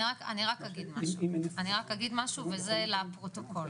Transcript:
אני רק אגיד משהו לפרוטוקול.